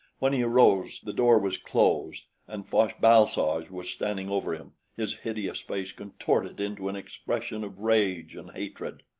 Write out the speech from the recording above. when he arose, the door was closed, and fosh-bal-soj was standing over him, his hideous face contorted into an expression of rage and hatred.